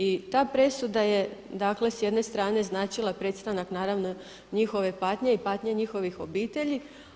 I ta presuda je, dakle s jedne strane značila prestanak naravno njihove patnje i patnje njihovih obitelji.